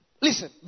Listen